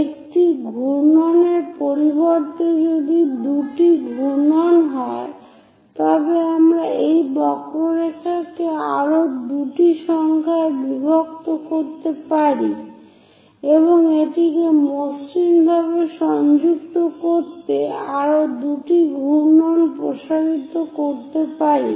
একটি ঘূর্ণনের পরিবর্তে যদি দুটি ঘূর্ণন হয় তবে আমরা এই বক্ররেখাকে আরও দুটি সংখ্যায় বিভক্ত করতে পারি এবং এটিকে মসৃণভাবে সংযুক্ত করে আরও দুটি ঘূর্ণনে প্রসারিত করতে পারি